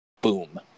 boom